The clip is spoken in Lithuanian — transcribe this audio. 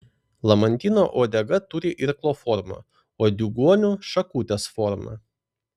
lamantino uodega turi irklo formą o diugonių šakutės formą